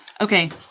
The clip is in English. Okay